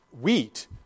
wheat